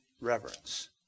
reverence